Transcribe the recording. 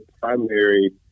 primary